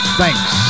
thanks